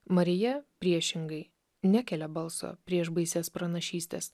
marija priešingai nekelia balso prieš baisias pranašystes